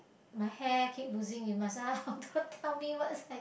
my hair keep losing you must tell me what's hair